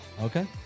Okay